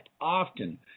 often